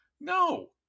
no